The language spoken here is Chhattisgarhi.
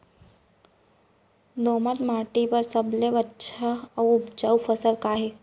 दोमट माटी बर सबले अच्छा अऊ उपजाऊ फसल का हे?